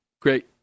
great